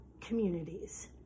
communities